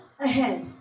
ahead